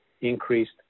increased